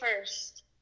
first